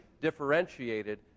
differentiated